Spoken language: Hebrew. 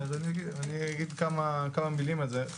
אני אגיד כמה מילים על זה.